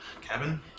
Cabin